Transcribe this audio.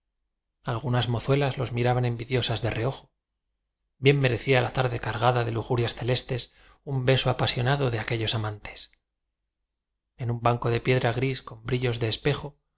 algunas mozuelas los miraban envidiosas de reojo bien merecía la tar de cargada de lujurias celestes un beso apasionado de aquellos amantes en un banco de piedra gris con brillos de espejo